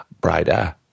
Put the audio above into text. brighter